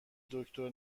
دکتر